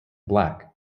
black